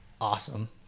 awesome